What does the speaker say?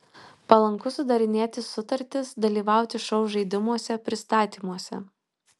palanku sudarinėti sutartis dalyvauti šou žaidimuose pristatymuose